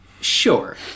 Sure